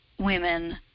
women